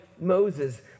Moses